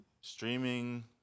streaming